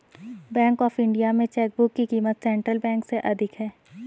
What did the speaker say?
bank of India में chequebook की क़ीमत सेंट्रल बैंक से अधिक है